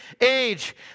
age